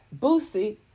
boosie